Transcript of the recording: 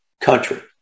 country